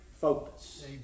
focus